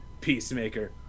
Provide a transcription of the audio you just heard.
Peacemaker